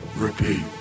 repeat